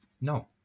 no